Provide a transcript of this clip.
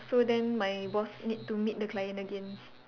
so then my boss need to meet the client again